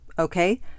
Okay